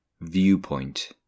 Viewpoint